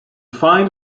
find